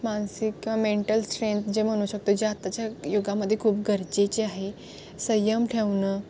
मानसिक किंवा mental strength जे म्हणू शकतो जे आताच्या युगामध्ये खूप गरजेचे आहे संयम ठेवणं